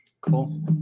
Cool